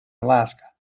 alaska